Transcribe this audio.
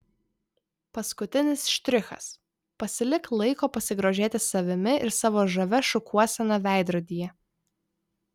paskutinis štrichas pasilik laiko pasigrožėti savimi ir savo žavia šukuosena veidrodyje